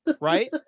Right